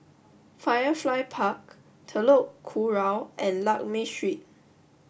Firefly Park Telok Kurau and Lakme Street